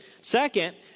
Second